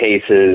cases